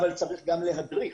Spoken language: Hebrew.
אבל צריך גם להדריך,